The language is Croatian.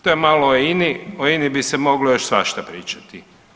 To je malo o INA-i, o INA-i bi se moglo još svašta pričati.